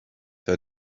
her